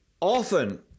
Often